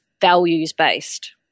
values-based